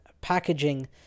packaging